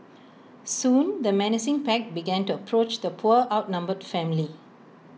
soon the menacing pack began to approach the poor outnumbered family